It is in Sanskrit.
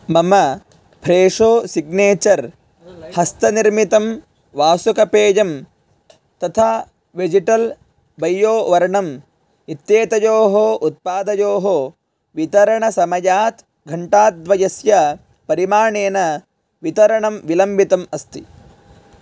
मम फ्रेशो सिग्नेचर् हस्तनिर्मितं वासुकपेयम् तथा वेजिटल् बय्यो वर्णम् इत्येतयोः उत्पादयोः वितरणसमयात् घण्टाद्वयस्य परिमाणेन वितरणं विलम्बितम् अस्ति